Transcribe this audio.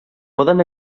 poden